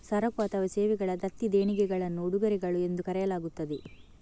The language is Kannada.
ಸರಕು ಅಥವಾ ಸೇವೆಗಳ ದತ್ತಿ ದೇಣಿಗೆಗಳನ್ನು ಉಡುಗೊರೆಗಳು ಎಂದು ಕರೆಯಲಾಗುತ್ತದೆ